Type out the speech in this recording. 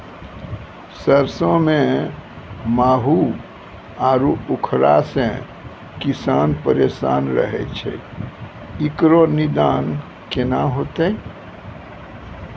सरसों मे माहू आरु उखरा से किसान परेशान रहैय छैय, इकरो निदान केना होते?